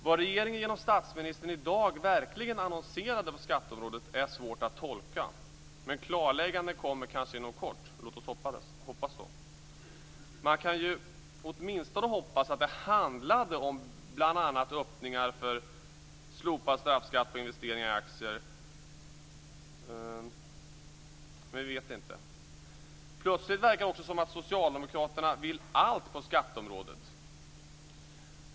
Vad regeringen genom statsministern i dag verkligen annonserade på skatteområdet är svårt att tolka. Men klarlägganden kommer kanske inom kort. Jag hoppas det. Man kan åtminstone hoppas att det handlar om bl.a. öppningar för ett slopande av straffskatten på investeringar i aktier, men vi vet inte. Plötsligt verkar det som att socialdemokraterna vill göra allt på skatteområdet.